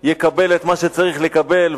יקבל את מה שצריך לקבל,